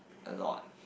a lot